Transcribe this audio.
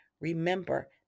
remember